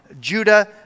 Judah